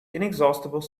inexhaustible